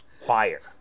fire